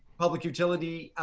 public utility